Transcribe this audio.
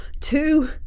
two